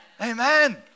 Amen